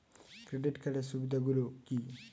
Credit কার্ডের সুবিধা গুলো কি?